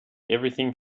everything